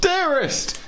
Dearest